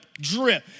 drip